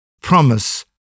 Promise